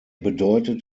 bedeutet